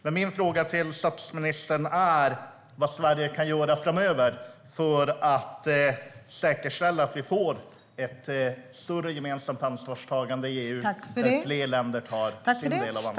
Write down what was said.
Men min fråga till statsministern är vad Sverige kan göra framöver för att säkerställa att vi får ett större gemensamt ansvarstagande i EU, så att fler länder tar sin del av ansvaret.